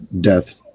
death